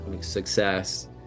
success